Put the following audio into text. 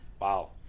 Wow